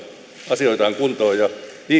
asioitaan kuntoon ja